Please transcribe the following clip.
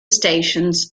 stations